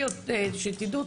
ותדעו,